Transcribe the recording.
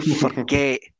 forget